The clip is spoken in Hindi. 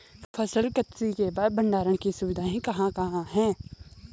फसल कत्सी के बाद भंडारण की सुविधाएं कहाँ कहाँ हैं?